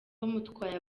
bamutwaye